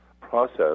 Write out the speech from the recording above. process